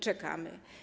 Czekamy.